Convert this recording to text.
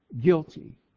guilty